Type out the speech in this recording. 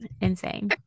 insane